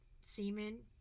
semen